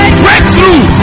breakthrough